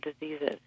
diseases